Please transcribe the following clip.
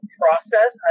process